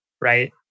Right